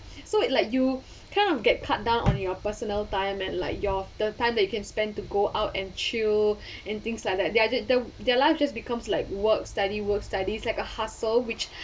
so like you kind of get cut down on your personal time and like your the time you can spend to go out and chill and things like that th~ th~ their life just become like work study work studies like a hussle which